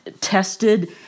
tested